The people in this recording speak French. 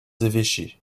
évêchés